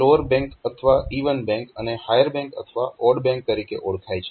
તે lower bank અથવા even bank અને હાયર બેંક અથવા ઓડ બેંક તરીકે ઓળખાય છે